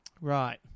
Right